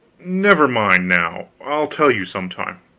never mind, now i'll tell you some time.